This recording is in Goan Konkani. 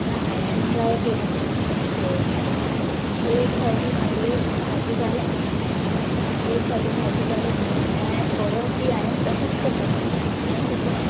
म्हणून हांयेन ट्राय केलें पळोवन करपाक एक फावटी म्हागे सारकें जालें आं एक फावटी सारकें जालें न्ही म्हळ्यार हांयेन परत बी हांयेन तशेंच करपाचें अशें हांयेन चिंतलें